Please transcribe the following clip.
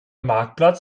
marktplatz